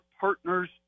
partner's